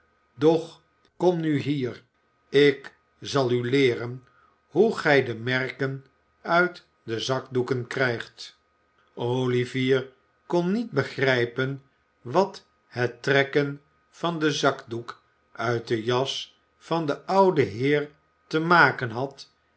kom nu hier ik zal u ieeren hoe gij de merken uit de zakdoeken krijgt olivier kon niet begrijpen wat het trekken van den zakdoek uit de jas van den ouden heer te maken had